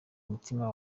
mutima